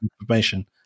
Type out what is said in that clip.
information